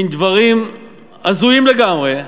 מין דברים הזויים לגמרי,